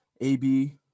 AB